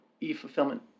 e-fulfillment